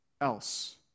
else